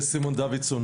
סימון דוידסון,